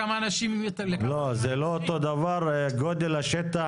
זה לא אותו דבר גודל השטח?